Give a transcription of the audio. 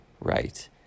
right